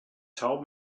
told